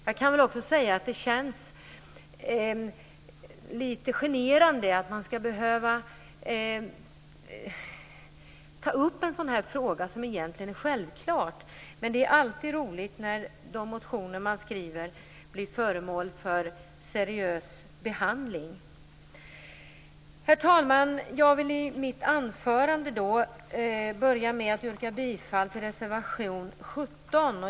Jag kan väl också säga att det känns litet genant att man skall behöva ta upp en sådan här fråga om något som egentligen är så självklart. Men det är alltid roligt när de motioner man skriver blir föremål för seriös behandling. Herr talman! Jag vill i mitt anförande börja med att yrka bifall till reservation 17.